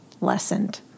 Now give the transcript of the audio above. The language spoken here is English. lessened